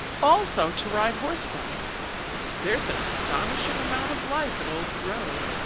also to ride horseback there's an astonishing amount of life in old grove.